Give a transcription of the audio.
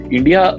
India